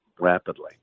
rapidly